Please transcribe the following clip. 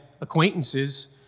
acquaintances